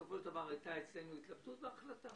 בסופו של דבר, הייתה אצלנו התלבטות והייתה החלטה